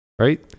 right